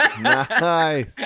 Nice